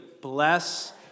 Bless